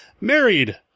Married